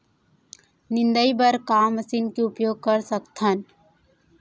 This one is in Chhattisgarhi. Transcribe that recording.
निंदाई बर का मशीन के उपयोग कर सकथन?